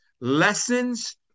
lessons